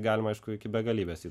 galima aišku iki begalybės juk